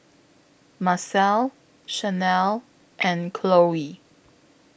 Marcelle Shanelle and Chloie